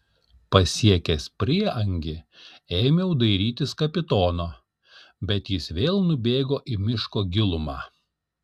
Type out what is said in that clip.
pasiekęs prieangį ėmiau dairytis kapitono bet jis vėl nubėgo į miško gilumą